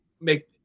make